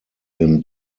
him